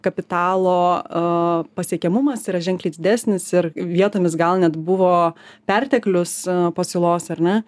kapitalo pasiekiamumas yra ženkliai didesnis ir vietomis gal net buvo perteklius pasiūlos ar ne